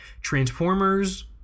transformers